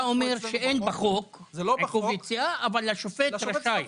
אתה אומר שאין בחוק עיכוב יציאה, אבל השופט רשאי.